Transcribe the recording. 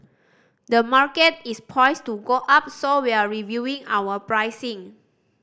the market is poised to go up so we're reviewing our pricing